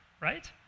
right